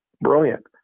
Brilliant